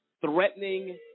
threatening